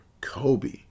Kobe